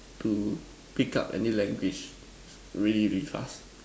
to pick up any language really really fast